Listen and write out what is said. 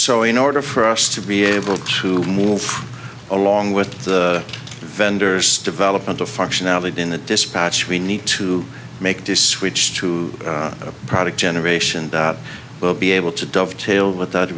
so in order for us to be able to move along with the vendors development of functionality in the dispatch we need to make this switch to a product generation that will be able to dovetail with that